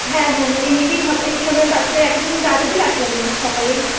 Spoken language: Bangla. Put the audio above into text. হ্যাঁ হ্যাঁ হ্যাঁ এমনিতেই এইসময় বাচ্চাদের রাত অবধি রাখা যাবে না সকালেই